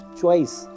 choice